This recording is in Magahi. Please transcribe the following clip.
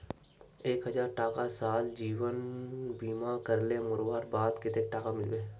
एक हजार टका साल जीवन बीमा करले मोरवार बाद कतेक टका मिलबे?